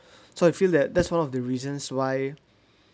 so I feel that that's one of the reasons why